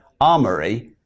armory